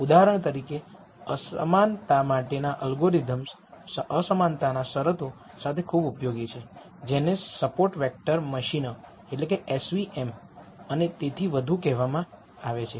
ઉદાહરણ તરીકે અસમાનતા માટેના અલ્ગોરિધમ્સ અસમાનતાના શરતો સાથે ખૂબ ઉપયોગી છે જેને સપોર્ટ વેક્ટર મશીનો અને તેથી વધુ કહેવામાં આવે છે